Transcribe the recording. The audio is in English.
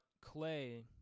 Clay